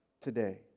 today